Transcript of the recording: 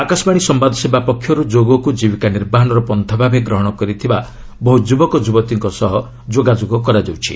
ଆକାଶବାଣୀ ସମ୍ବାଦ ସେବା ପକ୍ଷରୁ ଯୋଗକୁ ଜୀବିକା ନିର୍ବାହନର ପନ୍ଥା ଭାବେ ଗ୍ରହଣ କରିଥିବା ବହୁ ଯୁବକ ଯୁବତୀଙ୍କ ସହ ଯୋଗାଯୋଗ କରାଯାଉଛି